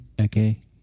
Okay